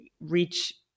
reach